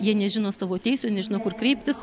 jie nežino savo teisių nežino kur kreiptis